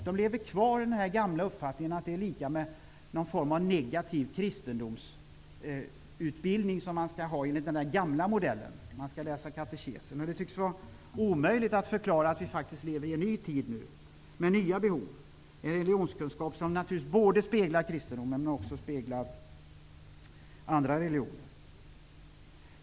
De lever kvar i den gamla uppfattningen att det är lika med någon form av negativ kristendomsutbildning, som man skall ha enligt den gamla modellen, där man lärde sig katekesen. Det tycks vara omöjligt att förklara att vi lever i en ny tid nu, med nya behov, där religionskunskapen naturligtvis speglar både kristendomen och andra religioner.